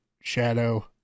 shadow